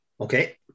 Okay